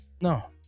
No